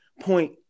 point